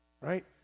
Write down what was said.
Right